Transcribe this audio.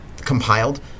compiled